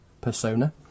persona